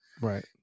right